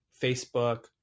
Facebook